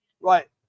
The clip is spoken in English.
Right